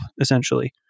essentially